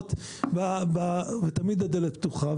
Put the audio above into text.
ישירות ותמיד הדלת פתוחה,